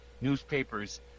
newspapers